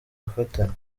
gufatanya